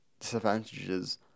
disadvantages